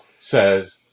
says